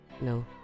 no